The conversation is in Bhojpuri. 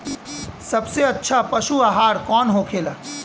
सबसे अच्छा पशु आहार कौन होखेला?